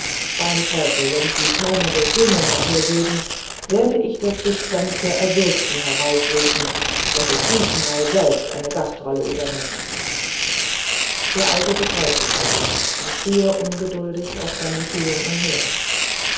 beim teufel wenn sie keine desdemona hergeben werde ich das gespenst der erwürgten heraufrufen daß es diesmal selbst eine gastrolle übernimmt der alte bekreuzigte sich und fuhr ungeduldig auf seinen schuhen umher